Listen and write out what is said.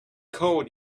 code